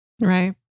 Right